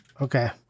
Okay